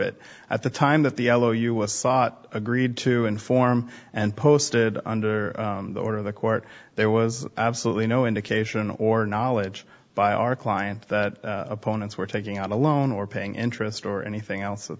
it at the time that the yellow you was sought agreed to inform and posted under the order of the court there was absolutely no indication or knowledge by our client that opponents were taking out a loan or paying interest or anything else that